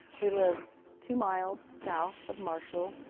we live two miles south of marshall,